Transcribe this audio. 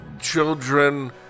children